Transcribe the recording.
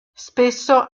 spesso